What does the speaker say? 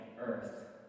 Earth